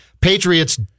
Patriots